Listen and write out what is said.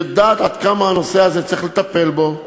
יודעת עד כמה הנושא הזה, צריך לטפל בו,